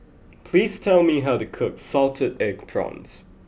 please tell me how to cook Salted Egg Prawns